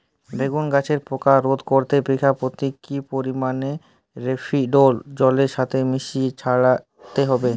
বেগুন গাছে পোকা রোধ করতে বিঘা পতি কি পরিমাণে ফেরিডোল জলের সাথে মিশিয়ে ছড়াতে হবে?